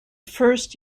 first